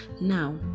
now